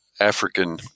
African